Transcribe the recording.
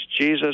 Jesus